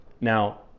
now